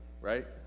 right